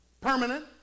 permanent